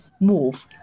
move